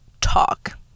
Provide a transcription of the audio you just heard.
talk